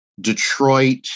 Detroit